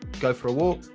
go for a walk.